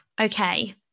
Okay